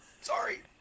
Sorry